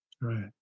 Right